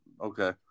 Okay